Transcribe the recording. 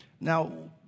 Now